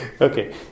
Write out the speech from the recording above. Okay